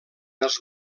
els